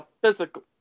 physical